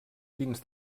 dins